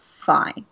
fine